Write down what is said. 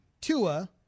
Tua